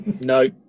No